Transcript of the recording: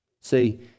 See